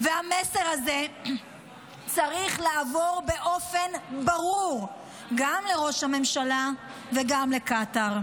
המסר הזה צריך לעבור באופן ברור גם לראש הממשלה וגם לקטאר.